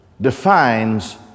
defines